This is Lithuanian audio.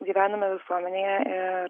gyvename visuomenėje ir